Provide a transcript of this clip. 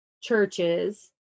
churches